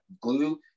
glue